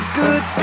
good